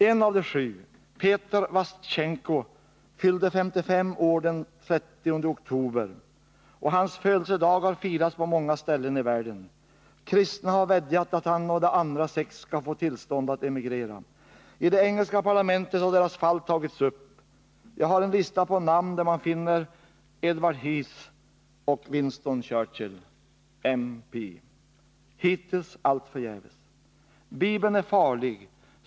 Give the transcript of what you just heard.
En av de sju, Peter Vashchenko, fyllde 55 år den 30 oktober, och hans födelsedag har firats på många ställen i världen. Kristna har vädjat att han och de andra sex skall få tillstånd att emigrera. I det engelska parlamentet har deras fall tagits upp. Jag har en lista på namn där man bl.a. finner Edward Heath och Winston Churchill, MP. Hittills allt förgäves. Bibeln är farlig.